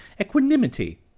equanimity